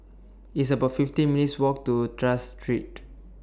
It's about fifty minutes' Walk to Tras Street